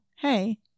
hey